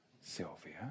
Sylvia